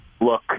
look